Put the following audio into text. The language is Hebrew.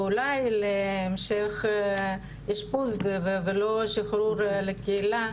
אולי להמשך אשפוז ולא שחרור לקהילה